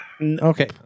Okay